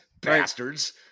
Bastards